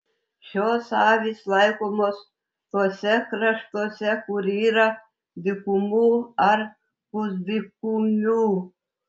šios avys laikomos tuose kraštuose kur yra dykumų ar pusdykumių